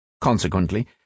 Consequently